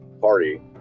party